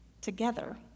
together